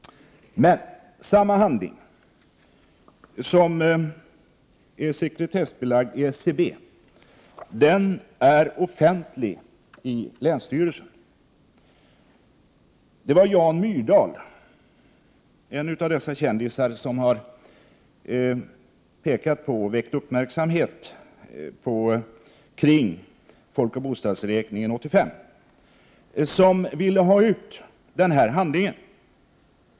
Men samma handling som är sekretessbelagd i SCB är offentlig i länsstyrelsen. Det var Jan Myrdal, en av dessa kändisar som väckte uppmärksamhet kring folkoch bostadsräkningen 1985, som ville ha ut denna handling.